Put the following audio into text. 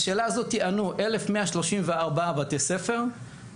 על השאלה הזאת ענו 1134 בתי ספר,